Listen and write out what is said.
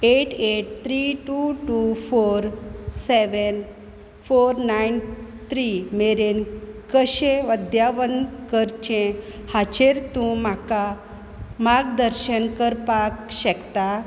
eight eight three two two four seven four nine three मेरेन कशें अद्यावन करचें हाचेर तूं म्हाका मार्गदर्शन करपाक शकता